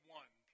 one